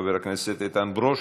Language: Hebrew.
חבר הכנסת איתן ברושי.